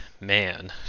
man